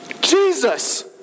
Jesus